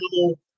animal